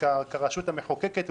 כרשות המחוקקת,